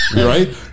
Right